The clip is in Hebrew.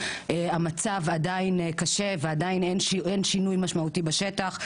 המצב עדיין קשה ועדיין אין שינוי משמעותי בשטח.